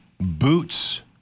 Boots